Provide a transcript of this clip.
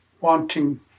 wanting